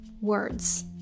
words